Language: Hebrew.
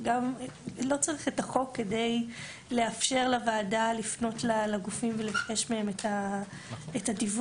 את החוק כדי לאפשר לוועדה לפנות לגופים ולבקש מהם את הדיווח.